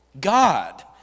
God